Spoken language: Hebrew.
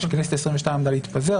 כשהכנסת העשרים-ושתיים עמדה להתפזר,